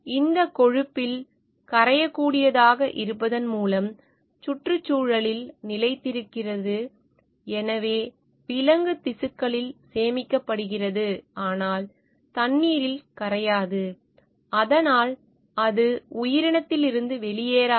இது கொழுப்பில் கரையக்கூடியதாக இருப்பதன் மூலம் சுற்றுச்சூழலில் நிலைத்திருக்கிறது எனவே விலங்கு திசுக்களில் சேமிக்கப்படுகிறது ஆனால் தண்ணீரில் கரையாது அதனால் அது உயிரினத்திலிருந்து வெளியேறாது